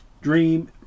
Dream